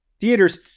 theaters